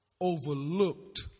overlooked